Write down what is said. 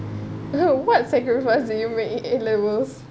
you know what sacrifice that you made in A levels